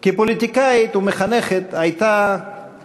כפוליטיקאית ומחנכת הייתה